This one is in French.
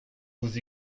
vous